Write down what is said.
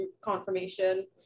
confirmation